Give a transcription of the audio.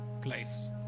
place